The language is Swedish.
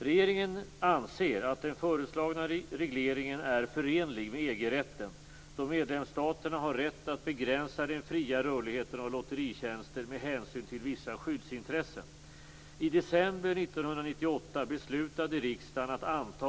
Regeringen anser att den föreslagna regleringen är förenlig med EG-rätten, då medlemsstaterna har rätt att begränsa den fria rörligheten av lotteritjänster med hänsyn till vissa skyddsintressen.